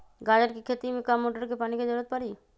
गाजर के खेती में का मोटर के पानी के ज़रूरत परी?